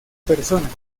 personas